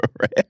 Right